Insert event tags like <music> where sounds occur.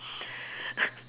<laughs>